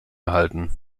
erhalten